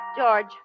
George